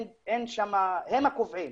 הם הקובעים.